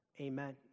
amen